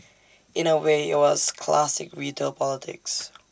in A way IT was classic retail politics